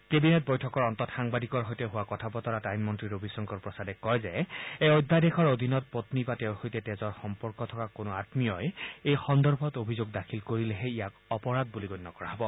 cabinet বৈঠকৰ অন্তত সাংবাদিকৰ সৈতে হোৱা কথা বতৰাত আইন মন্ত্ৰী ৰবিশংকৰ প্ৰসাদে কয় যে এই অধ্যাদেশৰ অধীনত পন্নী বা তেওঁৰ সৈতে তেজৰ সম্পৰ্ক থকা কোনো আঘীয়ই এই সন্দৰ্ভত অভিযোগ দাখিল কৰিলেহে ইয়াক অপৰাধ বুলি গণ্য কৰা হব